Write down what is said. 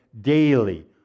daily